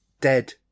dead